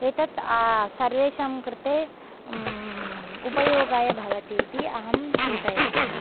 एतत् सर्वेषां कृते उपयोगाय भवतीति अहं चिन्तयामि